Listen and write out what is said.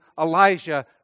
Elijah